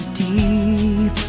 deep